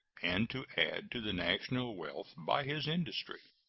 and to add to the national wealth by his industry.